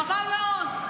חבל מאוד.